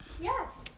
Yes